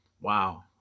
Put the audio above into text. Wow